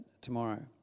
tomorrow